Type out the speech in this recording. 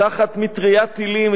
תחת מטריית טילים,